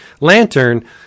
lantern